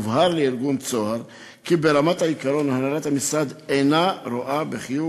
הובהר לארגון "צהר" כי ברמת העיקרון הנהלת המשרד אינה רואה בחיוב